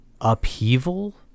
upheaval